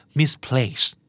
misplaced